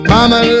Mama